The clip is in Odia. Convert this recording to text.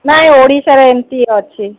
ନାଇଁ ଓଡ଼ିଶାରେ ଏମିତି ଅଛି